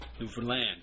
Newfoundland